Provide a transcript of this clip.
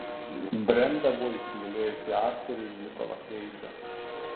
brenda buvo įsimylėjusi aktorių nikolą keidžą